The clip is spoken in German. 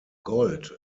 gold